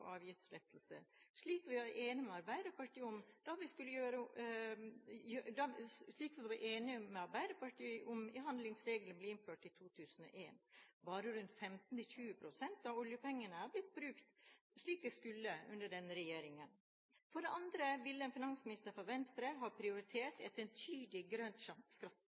slik vi var enige med Arbeiderpartiet om da handlingsregelen ble innført i 2001. Bare rundt 15–20 pst. av oljepengene er blitt brukt slik de skulle under denne regjeringen. For det andre ville en finansminister fra Venstre ha prioritert et tydelig grønt skatteskifte. Jeg kan ikke med min beste vilje forstå motviljen i regjeringen mot å bruke skattesystemet aktivt i miljøets tjeneste. Mer skatt